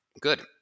Good